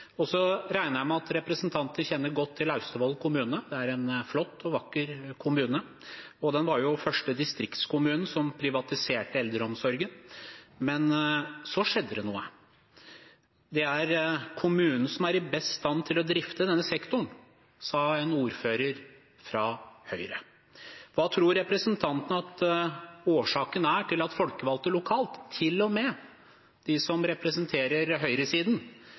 regner med at representanten kjenner godt til Austevoll kommune. Det er en flott og vakker kommune, og det var jo den første distriktskommunen som privatiserte eldreomsorgen. Men så skjedde det noe. Det er kommunen som er i best stand til å drifte denne sektoren, sa en ordfører fra Høyre. Hva tror representanten at årsaken er til at folkevalgte lokalt, til og med de som representerer høyresiden,